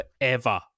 forever